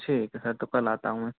ठीक है तो कल आता हूँ